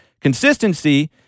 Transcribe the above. Consistency